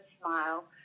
smile